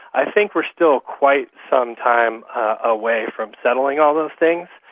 i think we're still quite some time away from settling all those things,